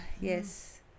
yes